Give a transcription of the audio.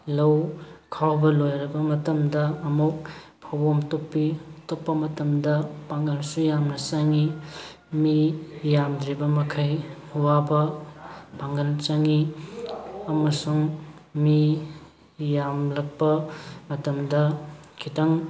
ꯂꯧ ꯈꯥꯎꯕ ꯂꯣꯏꯔꯕ ꯃꯇꯝꯗ ꯑꯃꯨꯛ ꯐꯧꯕꯣꯝ ꯇꯨꯞꯄꯤ ꯇꯨꯞꯄ ꯃꯇꯝꯗ ꯄꯥꯡꯒꯜꯁꯨ ꯌꯥꯝꯅ ꯆꯪꯉꯤ ꯃꯤ ꯌꯥꯝꯗ꯭ꯔꯤꯕ ꯃꯈꯩ ꯋꯥꯕ ꯄꯥꯡꯒꯜ ꯆꯪꯉꯤ ꯑꯃꯁꯨꯡ ꯃꯤ ꯌꯥꯝꯂꯛꯄ ꯃꯇꯝꯗ ꯈꯤꯇꯪ